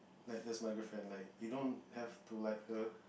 like that's my girlfriend like you don't have to like her